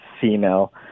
female